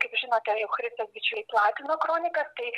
kaip žinote euchristijos bičiuliai platino kronikas tai